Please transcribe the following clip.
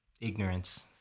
ignorance